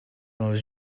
els